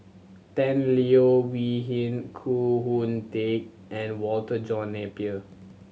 Tan Leo Wee Hin Khoo Oon Teik and Walter John Napier